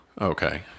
Okay